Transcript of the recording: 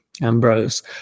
Ambrose